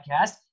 podcast